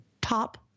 top